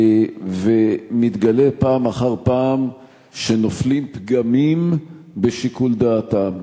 ומתגלה פעם אחר פעם שנופלים פגמים בשיקול דעתם.